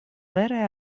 vere